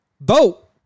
Vote